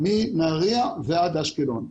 מנהריה ועד אשקלון.